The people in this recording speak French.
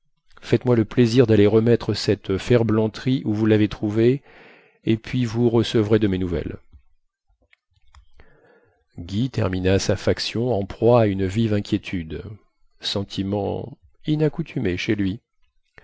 faites-moi le plaisir daller remettre cette ferblanterie où vous lavez trouvée et puis vous recevrez de mes nouvelles guy termina sa faction en proie à une vive inquiétude sentiment inaccoutumé chez lui